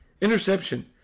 Interception